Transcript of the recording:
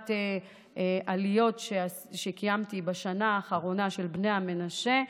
עליות שקיימתי בשנה האחרונה של בני מנשה,